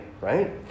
right